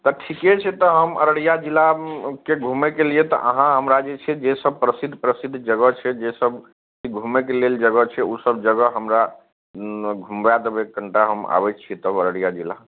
तऽ ठिके छै तऽ हम अररिया जिलाके घुमैके लिए तऽ अहाँ हमरा जे छै जे सब प्रसिद्ध प्रसिद्ध जगह छै जे सब घुमैके लेल जगह छै ओसब जगह हमरा घुमै देबै कनिटा हम आबै छिए तब अररिया जिला